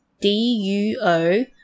D-U-O